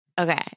Okay